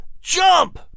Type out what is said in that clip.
Jump